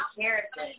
character